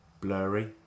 blurry